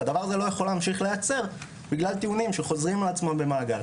אבל זה לא יכול להמשיך להיעצר בגלל טיעונים שחוזרים על עצמם במעגל.